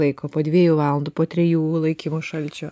laiko po dviejų valandų po trijų laikymo šalčio